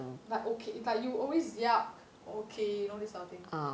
but okay like you always yup okay you know this type of thing